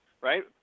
Right